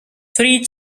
three